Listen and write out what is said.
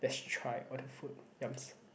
lets try all the food yums